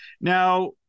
Now